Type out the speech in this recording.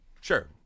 sure